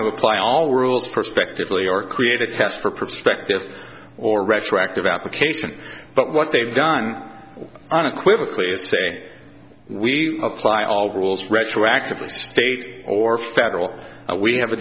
to apply all rules perspectively or create a test for prospective or retroactive application but what they've done unequivocal is say we apply all rules retroactively state or federal we have a